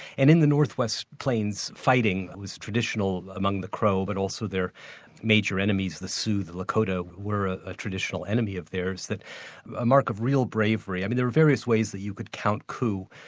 and in the northwest plains fighting, it was traditional among the crow but also their major enemies the sioux, the lakota, were a traditional enemy of theirs, a mark of real bravery. i mean there are various ways that you could count coups,